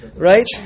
Right